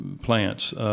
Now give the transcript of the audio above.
plants